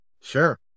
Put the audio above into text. Sure